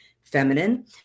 feminine